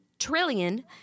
trillion